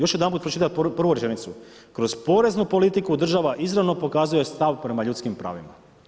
Još jedanput ću pročitati prvu rečenicu, kroz poreznu politiku država izravno pokazuje stav prema ljudskim pravima.